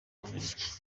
bubiligi